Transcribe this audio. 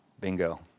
Bingo